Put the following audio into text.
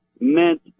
meant